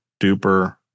duper